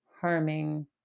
harming